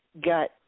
got